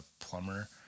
plumber